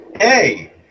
hey